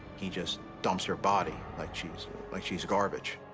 he just dumps her body like she's like she's garbage.